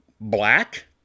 black